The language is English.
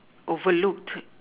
overlooked